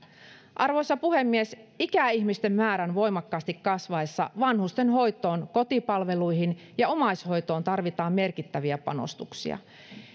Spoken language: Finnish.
arvoisa puhemies ikäihmisten määrän voimakkaasti kasvaessa vanhustenhoitoon kotipalveluihin ja omaishoitoon tarvitaan merkittäviä panostuksia